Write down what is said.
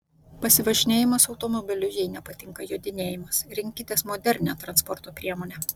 pasivažinėjimas automobiliu jei nepatinka jodinėjimas rinkitės modernią transporto priemonę